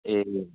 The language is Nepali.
ए